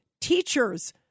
teachers